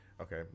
Okay